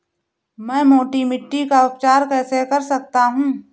मैं मोटी मिट्टी का उपचार कैसे कर सकता हूँ?